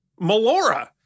Melora